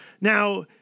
Now